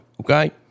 okay